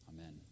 amen